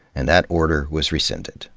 and that order was rescinded,